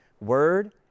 word